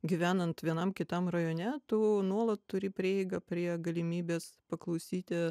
gyvenant vienam kitam rajone tu nuolat turi prieigą prie galimybės paklausyti